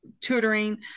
tutoring